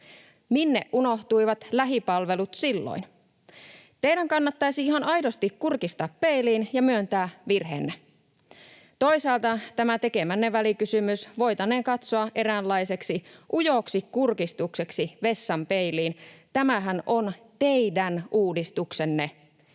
Minne unohtuivat lähipalvelut silloin? Teidän kannattaisi ihan aidosti kurkistaa peiliin ja myöntää virheenne. Toisaalta tämä tekemänne välikysymys voitaneen katsoa eräänlaiseksi ujoksi kurkistukseksi vessan peiliin: tämähän on teidän uudistuksenne,